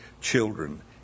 children